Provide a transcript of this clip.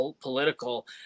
political